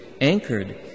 anchored